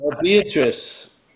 Beatrice